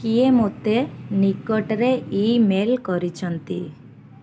କିଏ ମୋତେ ନିକଟରେ ଇ ମେଲ୍ କରିଛନ୍ତି